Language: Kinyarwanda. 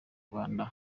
rwanda